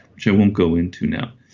which i won't go into now.